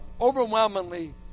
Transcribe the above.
overwhelmingly